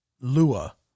Lua